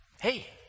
Hey